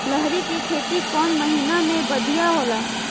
लहरी के खेती कौन महीना में बढ़िया होला?